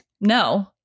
No